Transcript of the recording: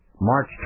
March